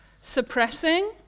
suppressing